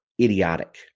idiotic